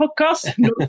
podcast